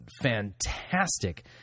fantastic